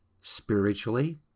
spiritually